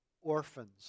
orphans